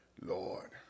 Lord